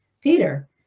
Peter